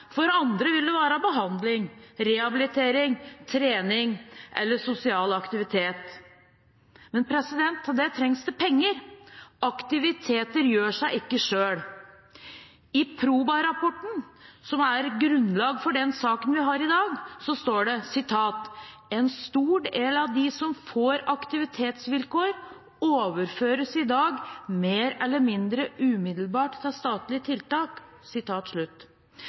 for andre vil det være behandling, rehabilitering, trening eller sosial aktivitet. Men til det trengs det penger, aktiviteter gjør seg ikke selv. I Proba-rapporten som er grunnlag for den saken vi har i dag, står det: «En stor del av de som får aktivitetsvilkår overføres i dag mer eller mindre umiddelbart til statlige tiltak.»